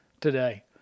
today